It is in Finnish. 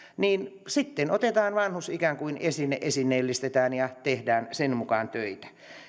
niin sitten otetaan vanhus ikään kuin esineenä esineellistetään ja tehdään sen mukaan töitä